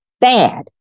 bad